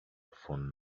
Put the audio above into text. phone